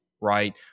Right